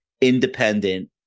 independent